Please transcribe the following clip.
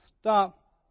stop